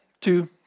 two